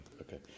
Okay